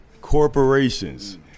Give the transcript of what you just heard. Corporations